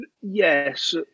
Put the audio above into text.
Yes